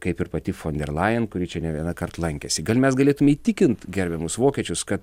kaip ir pati fonderlaien kuri čia ne vienąkart lankėsi gal mes galėtume įtikint gerbiamus vokiečius kad